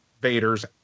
Vader's